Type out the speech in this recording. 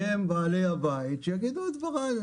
הם בעלי הבית, שיגידו את דברם.